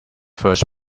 first